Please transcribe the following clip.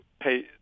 pay